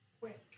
quick